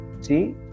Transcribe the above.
see